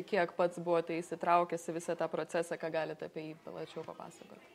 kiek pats buvote įsitraukęs į visą tą procesą ką galit apie jį plačiau papasakot